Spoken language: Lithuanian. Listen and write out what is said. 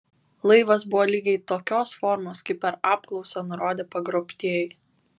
laivas buvo lygiai tokios formos kaip per apklausą nurodė pagrobtieji